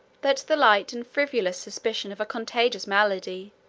that the light and frivolous suspicion of a contagious malady,